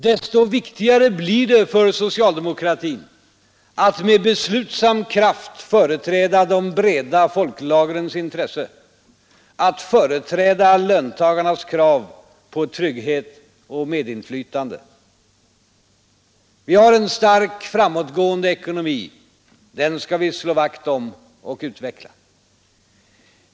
Desto viktigare blir det för socialdemokratin att med beslutsam kraft företräda de breda folklagrens intressen, att företräda löntagarnas krav på trygghet och medinflytande. Vi har en stark, framåtgående ekonomi. Den skall vi slå vakt om och utveckla.